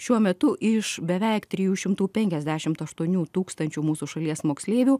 šiuo metu iš beveik trijų šimtų penkiasdešimt aštuonių tūkstančių mūsų šalies moksleivių